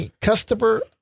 Customer